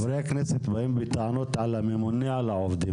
חברי הכנסת באים בטענות על הממונה על העובדים.